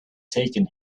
taken